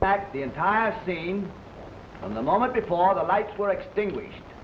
back the entire scene from the moment before the lights were extinguished